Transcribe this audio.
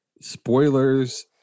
Spoilers